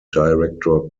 director